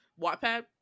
wattpad